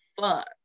fuck